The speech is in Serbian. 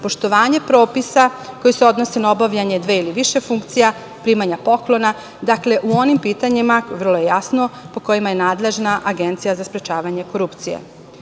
poštovanje propisa koji se odnose na obavljanje dve ili više funkcija, primanja poklona, dakle, u onim pitanjima, vrlo je jasno, po kojima je nadležna Agencija za sprečavanje korupcije. Dodatno,